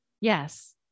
Yes